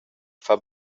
far